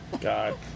God